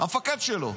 המפקד שלו.